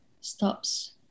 stops